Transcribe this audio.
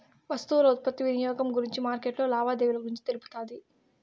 వస్తువుల ఉత్పత్తి వినియోగం గురించి మార్కెట్లో లావాదేవీలు గురించి తెలుపుతాది